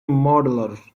modular